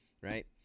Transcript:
right